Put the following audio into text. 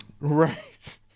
Right